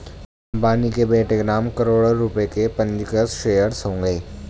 अंबानी के बेटे के नाम करोड़ों रुपए के पंजीकृत शेयर्स होंगे